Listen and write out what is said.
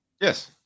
Yes